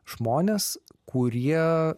žmonės kurie